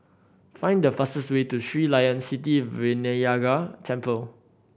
find the fastest way to Sri Layan Sithi Vinayagar Temple